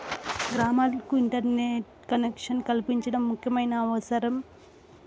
గ్రామాలకు internet collection కల్పించడం ముఖ్యమైన అవసరం